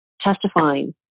testifying